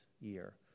year